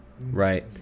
right